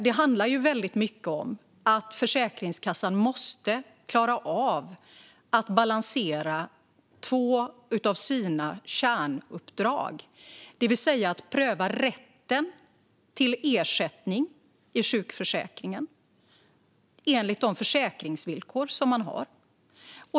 Det handlar väldigt mycket om att Försäkringskassan måste klara av att balansera två av sina kärnuppdrag. Det ena är att pröva rätten till ersättning i sjukförsäkringen enligt de försäkringsvillkor som man har.